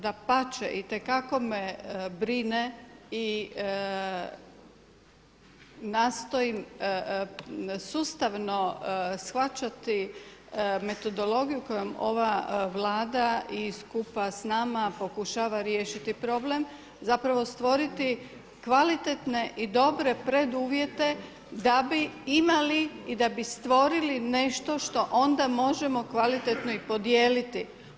Dapače itekako me brine i nastojim sustavno shvaćati metodologiju kojom ova Vlada i skupa s nama pokušava riješiti problem, zapravo stvoriti kvalitetne i dobre preduvjete da bi imali i da bi stvorili nešto što onda možemo kvalitetno i podijeliti.